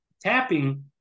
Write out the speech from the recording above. tapping